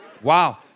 Wow